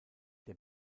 der